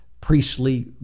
priestly